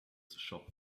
shop